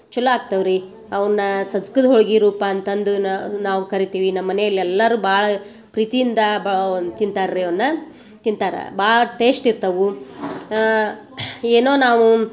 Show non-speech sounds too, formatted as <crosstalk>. ಚಲೋ ಆಗ್ತವ ರೀ ಅವ್ನ ಸಜ್ಕದ ಹೋಳ್ಗಿ ರೂಪ ಅಂತಂದು ನಾವು ಕರಿತೀವಿ ನಮ್ಮನೇಲಿ ಎಲ್ಲರು ಭಾಳ ಪ್ರೀತಿಯಿಂದ <unintelligible> ತಿಂತಾರೆ ರೀ ಅವ್ನ ತಿಂತಾರ ಭಾಳ ಟೇಶ್ಟ್ ಇರ್ತವು ಏನೋ ನಾವು